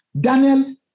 Daniel